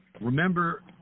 Remember